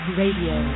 radio